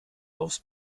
aufs